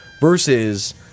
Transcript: versus